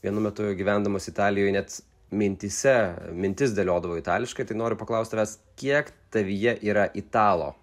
vienu metu gyvendamas italijoje net mintyse mintis dėliodavo itališkai tai noriu paklaust tavęs kiek tavyje yra italo